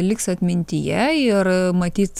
liks atmintyje ir matyt